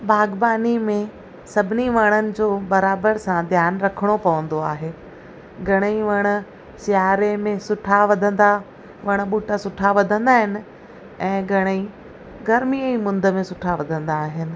बागबानी में सभिनी वणन जो बराबरि सां ध्यानु रखिणो पवंदो आहे घणेई वण सियारे में सुठा वधंदा वण बूटा सुठा वधंदा आहिनि ऐं घणेई गर्मी जी मुंदि में सुठा वधंदा आहिनि